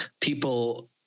people